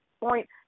point